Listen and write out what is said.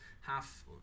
half